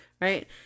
right